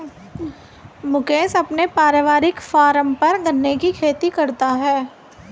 मुकेश अपने पारिवारिक फॉर्म पर गन्ने की खेती करता है